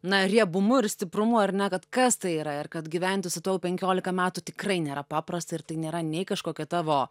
na riebumu ir stiprumu ar ne kad kas tai yra ir kad gyventi su tuo jau penkioliką metų tikrai nėra paprasta ir tai nėra nei kažkokio tavo